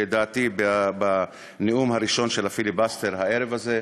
לדעתי בנאום הראשון של הפיליבסטר הערב הזה,